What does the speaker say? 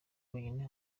wenyine